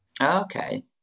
Okay